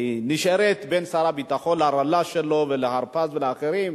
נשאר בין שר הביטחון לרל"ש שלו ולהרפז ולאחרים,